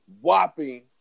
whopping